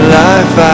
life